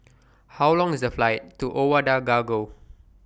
How Long IS The Flight to Ouagadougou